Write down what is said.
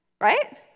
Right